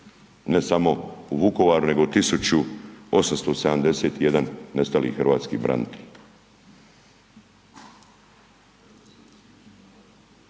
Ne samo u Vukovaru, nego 1 871 nestali hrvatski branitelj.